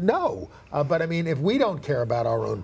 no but i mean if we don't care about our own